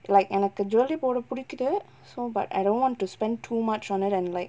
like எனக்கு:enakku jewellary போட புடிக்குது:poda pudikkuthu so but I don't want to spend too much on it and like